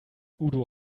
udo